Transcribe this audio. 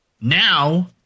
now